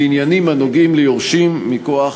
בעניינים הנוגעים ליורשים מכוח